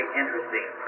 interesting